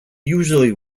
usually